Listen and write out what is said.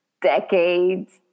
decades